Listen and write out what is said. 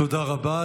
תודה רבה.